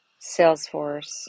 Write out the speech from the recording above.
Salesforce